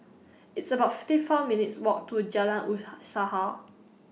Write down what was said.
It's about fifty four minutes' Walk to Jalan